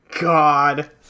God